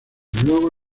luego